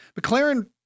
McLaren